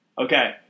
Okay